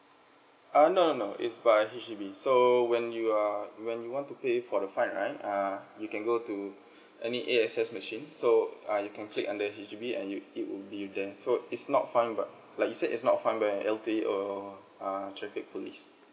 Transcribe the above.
uh no no no is by H_D_B so when you are when you want to pay for the fine right err you can go to any A_X_S machine so uh you can click under H_D_B and you it will be there so it's not fine but like you said it's not fine by L_T_A or err traffic police